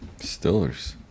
Stillers